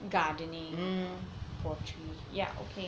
gardening for tree